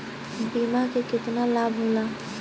बीमा के केतना लाभ होला?